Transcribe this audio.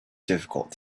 difficult